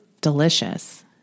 delicious